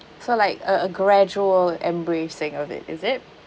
so like uh a gradual embracing of it is it